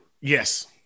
Yes